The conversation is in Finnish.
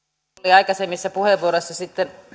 aikaisemmissa puheenvuoroissa